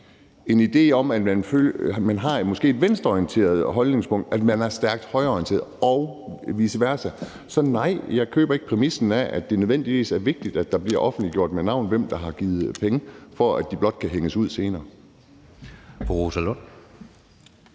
en idé om, at man har en venstreorienteret holdning, med, at man er stærkt højreorienteret, og vice versa. Så nej, jeg køber ikke præmissen om, at det nødvendigvis er vigtigt, at det bliver offentliggjort med navn, hvem der har givet penge, blot for at de kan hænges ud senere.